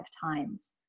times